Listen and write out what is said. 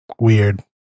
weird